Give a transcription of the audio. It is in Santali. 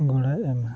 ᱜᱚᱲᱚᱭ ᱮᱢᱟ